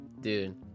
dude